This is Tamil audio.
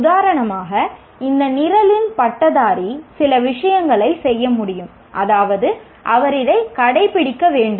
உதாரணமாக இந்த நிரலின் பட்டதாரி சில விஷயங்களைச் செய்ய முடியும் அதாவது அவர் இதை கடைபிடிக்க வேண்டும்